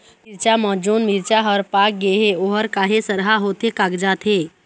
मिरचा म जोन मिरचा हर पाक गे हे ओहर काहे सरहा होथे कागजात हे?